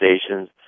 stations